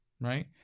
right